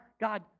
God